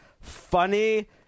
funny